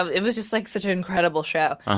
um it was just, like, such an incredible show.